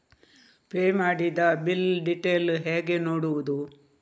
Pay ಮಾಡಿದ bill detail ಹೇಗೆ ನೋಡುವುದು?